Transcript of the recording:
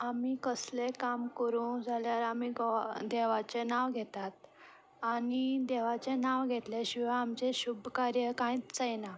आमी कसलेंय काम करूं जाल्यार आमी घोवा देवाचें नांव घेतात आनी देवाचें नांव घेतले शिवाय आमचें शुभ कार्य कांयच जायना